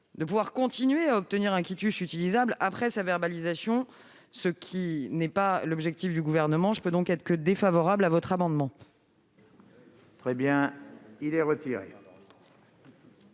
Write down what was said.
de continuer à obtenir un quitus utilisable après sa verbalisation, ce qui n'est pas l'objectif du Gouvernement. Je ne peux donc qu'être défavorable à votre amendement. Je le retire,